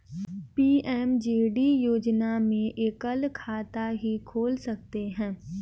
PMJD योजना में एकल खाता ही खोल सकते है